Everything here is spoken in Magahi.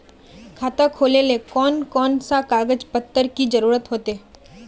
खाता खोलेले कौन कौन सा कागज पत्र की जरूरत होते?